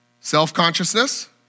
self-consciousness